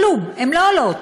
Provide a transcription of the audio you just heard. כלום, הן לא עולות,